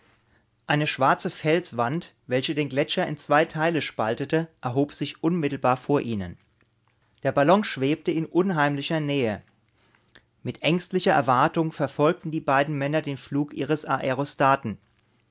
eine schwarze felswand welche den gletscher in zwei teile spaltete erhob sich unmittelbar vor ihnen der ballon schwebte in unheimlicher nähe mit ängstlicher erwartung verfolgten die beiden männer den flug ihres arostaten